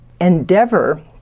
endeavor